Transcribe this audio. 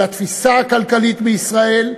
של התפיסה הכלכלית בישראל,